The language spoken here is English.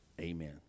amen